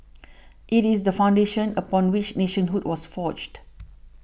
it is the foundation upon which nationhood was forged